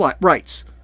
rights